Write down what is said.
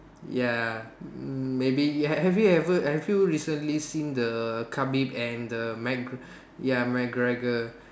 ya maybe have you ever have you recently seen the Khabib and the Mc ya McGregor